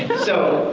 so,